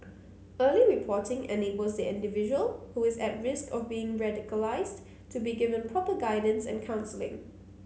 early reporting enables the individual who is at risk of becoming radicalised to be given proper guidance and counselling